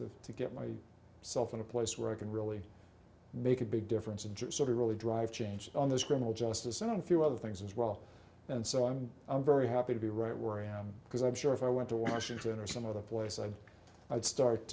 of to get my self in a place where i can really make a big difference and just sort of really drive change on this criminal justice and a few other things as well and so i'm i'm very happy to be right where i am because i'm sure if i went to washington or some other place i'd start